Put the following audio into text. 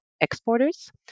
exporters